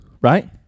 right